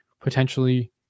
potentially